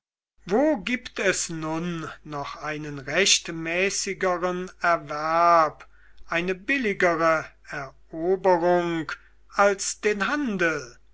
wo gibt es nun noch einen rechtmäßigeren erwerb eine billigere eroberung als den handel